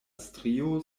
strio